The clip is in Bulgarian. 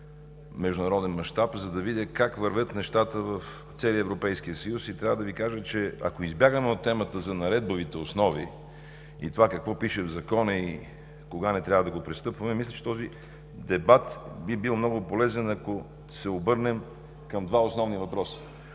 международен мащаб, за да видя как вървят нещата в целия Европейски съюз. Ако избягаме от темата за наредбовите основи, какво пише в Закона и кога не трябва да го пристъпваме, мисля, че този дебат би бил много полезен, ако се обърнем към два основни въпроса.